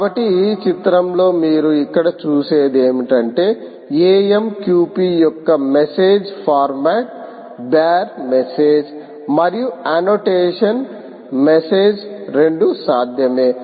కాబట్టి ఈ చిత్రంలో మీరు ఇక్కడ చూసేది ఏమిటంటే AMQP యొక్క మెసేజ్ ఫార్మాట్ బేర్ మెసేజ్ మరియు అన్నోటేషన్ మెసేజ్ రెండూ సాధ్యమే